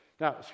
Now